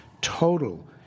total